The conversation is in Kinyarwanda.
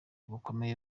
bukomeye